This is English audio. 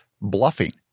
bluffing